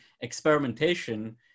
experimentation